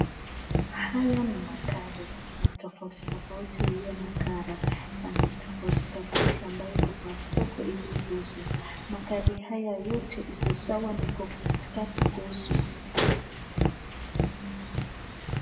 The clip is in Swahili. Haya ni magari ya tofauti tofauti iliyo na (cs) colour (cs) ,rangi tofauti tofauti ambayo iko kwa soko ili kuuzwa. Magari haya yote iko sawa na iko Katikati kuuzwa.